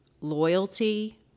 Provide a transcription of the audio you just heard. loyalty